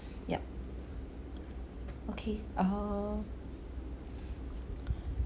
yup okay err